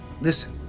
Listen